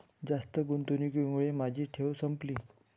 जास्त गुंतवणुकीमुळे माझी ठेव संपली